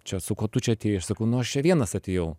čia su kuo tu čia atėjai ir sakau nu aš čia vienas atėjau